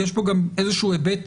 כי יש פה גם איזשהו היבט